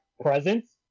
presence